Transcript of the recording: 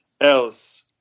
else